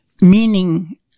meaning